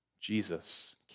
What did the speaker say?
Jesus